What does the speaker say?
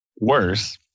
worse